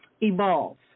Evolve